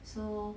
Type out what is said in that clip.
so